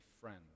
friends